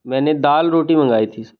मैंने दोल रोटी मंगाई थी